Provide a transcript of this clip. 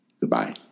Goodbye